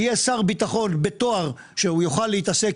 יהיה שר ביטחון בתואר שהוא יוכל להתעסק